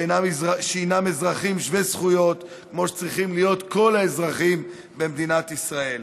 שהינם אזרחים שווי זכויות כמו שצריכים להיות כל האזרחים במדינת ישראל.